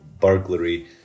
burglary